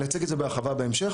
נציג את זה בהרחבה בהמשך,